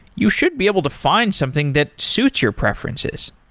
you should be able to find something that suits your preferences.